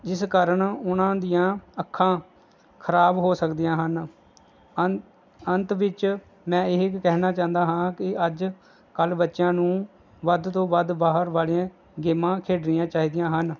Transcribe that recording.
ਜਿਸ ਕਾਰਨ ਉਹਨਾਂ ਦੀਆਂ ਅੱਖਾਂ ਖਰਾਬ ਹੋ ਸਕਦੀਆਂ ਹਨ ਅੰਤ ਅੰਤ ਵਿੱਚ ਮੈਂ ਇਹ ਕਹਿਣਾ ਚਾਹੁੰਦਾ ਹਾਂ ਕਿ ਅੱਜ ਕੱਲ ਬੱਚਿਆਂ ਨੂੰ ਵੱਧ ਤੋਂ ਵੱਧ ਬਾਹਰ ਵਾਲੀਆਂ ਗੇਮਾਂ ਖੇਡਣੀਆਂ ਚਾਹੀਦੀਆਂ ਹਨ